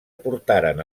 portaren